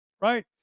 right